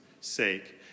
sake